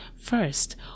First